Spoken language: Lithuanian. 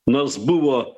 nors buvo